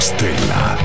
Stella